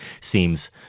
seems